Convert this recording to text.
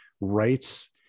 rights